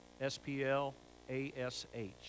S-P-L-A-S-H